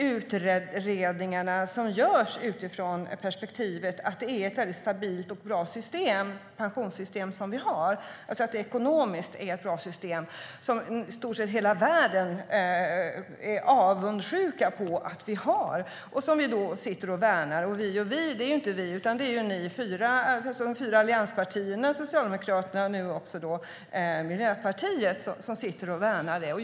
Utredningarna görs utifrån perspektivet att det är ett stabilt och ekonomiskt bra pensionssystem vi har, som i stort sett hela världen är avundsjuk på. Det systemet sitter vi och värnar. Eller vi och vi - det är inte vi utan de fyra allianspartierna, Socialdemokraterna och nu även Miljöpartiet som värnar systemet.